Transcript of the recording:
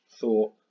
thought